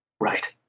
Right